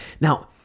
Now